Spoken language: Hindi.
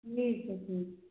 ठीक है ठीक